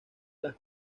las